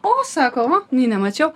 o sako o nė nemačiau